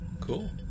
Cool